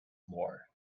floor